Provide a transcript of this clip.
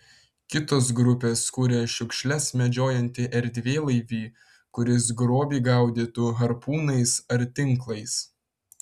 kitos grupės kuria šiukšles medžiojantį erdvėlaivį kuris grobį gaudytų harpūnais ar tinklais